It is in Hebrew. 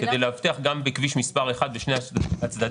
כדי לאבטח גם בכביש מספר 1 בשני הצדדים,